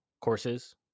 courses